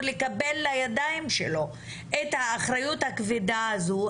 לקבל לידיים שלו את האחריות הכבדה הזו,